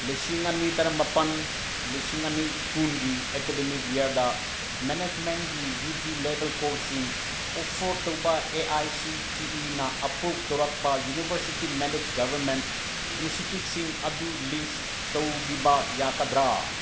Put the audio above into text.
ꯂꯤꯁꯤꯡ ꯑꯅꯤ ꯇꯔꯥꯃꯥꯄꯟ ꯂꯤꯁꯤꯡ ꯑꯅꯤ ꯀꯨꯟꯒꯤ ꯑꯦꯀꯥꯗꯃꯤꯛ ꯌꯥꯔꯗ ꯃꯦꯅꯦꯁꯃꯦꯟꯒꯤ ꯌꯨ ꯖꯤ ꯂꯦꯕꯦꯜ ꯀꯣꯔꯁꯁꯤꯡ ꯑꯣꯐꯔ ꯇꯧꯕ ꯑꯦ ꯑꯥꯏ ꯁꯤ ꯇꯤ ꯏꯤꯅ ꯑꯄ꯭ꯔꯨꯞ ꯇꯧꯔꯛꯄ ꯌꯨꯅꯤꯕꯔꯁꯤꯇꯤ ꯃꯦꯅꯦꯁ ꯒꯕꯔꯃꯦꯟ ꯏꯟꯁꯤꯇ꯭ꯌꯨꯠꯁꯤꯡ ꯑꯗꯨ ꯂꯤꯁ ꯇꯧꯕꯤꯕ ꯌꯥꯒꯗ꯭ꯔꯥ